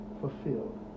fulfilled